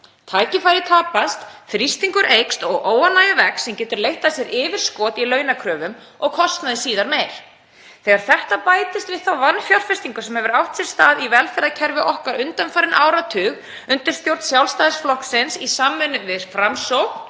tækifæri tapast, þrýstingur eykst og óánægja vex sem getur leitt af sér yfirskot í launakröfum og kostnað síðar meir. Þegar þetta bætist við þá vanfjárfestingu sem hefur átt sér stað í velferðarkerfi okkar undanfarinn áratug, undir stjórn Sjálfstæðisflokksins í samvinnu við Framsókn